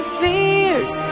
fears